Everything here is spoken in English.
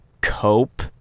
cope